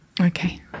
Okay